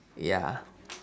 ya